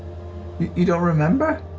you don't remember?